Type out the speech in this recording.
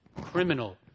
Criminal